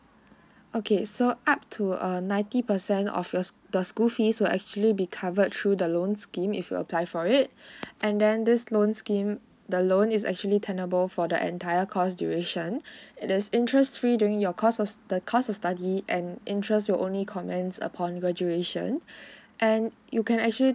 okay so up to err ninety percent of your sch the school fees will actually be covered through the loan scheme if you apply for it and then this loan scheme the loan is actually tenable for the entire course duration it is interest free during your course the course of study and interest you only comments upon graduation and you can actually